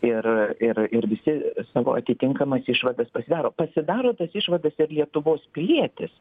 ir ir ir visi savo atitinkamas išvadas pasidaro pasidaro tas išvadas ir lietuvos pilietis